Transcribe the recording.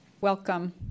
Welcome